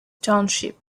township